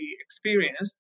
experienced